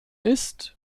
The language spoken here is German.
ist